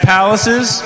Palaces